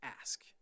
ask